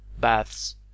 baths